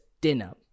dinner